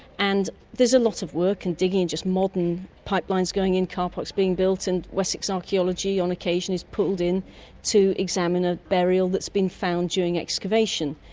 and there's a lot of work and digging and modern pipelines going in, car parks being built, and wessex archaeology on occasion is pulled in to examine a burial that's been found during excavation.